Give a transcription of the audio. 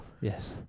Yes